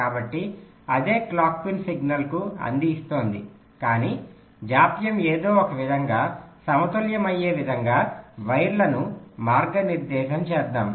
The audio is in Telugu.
కాబట్టి అదే క్లాక్ పిన్ సిగ్నల్కు అంది ఇస్తోంది కాని జాప్యం ఏదో ఒక విధంగా సమతుల్యమయ్యే విధంగా వైర్లను మార్గనిర్దేశం చేద్దాం